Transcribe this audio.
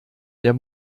der